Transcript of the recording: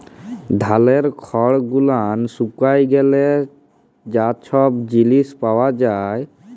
ধালের খড় গুলান শুকায় গ্যালে যা ছব জিলিস পাওয়া যায়